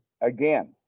again